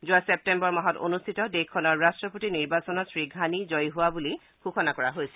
যোৱা ছেপ্তেম্বৰ মাহত অনুষ্ঠিত দেশখনৰ ৰাষ্ট্ৰপতি নিৰ্বাচনত শ্ৰীঘানি জয়ী হোৱা বুলি ঘোষণা কৰা হৈছিল